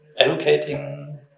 allocating